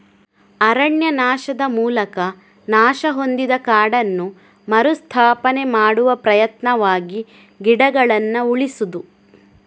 ಅರಣ್ಯನಾಶದ ಮೂಲಕ ನಾಶ ಹೊಂದಿದ ಕಾಡನ್ನು ಮರು ಸ್ಥಾಪನೆ ಮಾಡುವ ಪ್ರಯತ್ನವಾಗಿ ಗಿಡಗಳನ್ನ ಉಳಿಸುದು